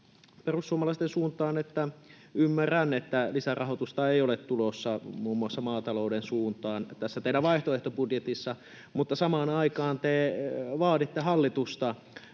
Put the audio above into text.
perussuomalaisten suuntaan se, että ymmärrän, että lisärahoitusta ei ole tulossa muun muassa maatalouden suuntaan tässä teidän vaihtoehtobudjetissa, mutta samaan aikaan te vaaditte hallitusta